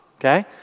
Okay